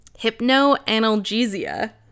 hypnoanalgesia